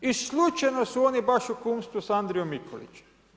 I slučajno su oni baš u kumstvu sa Andrijom Mikulićem.